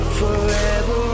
forever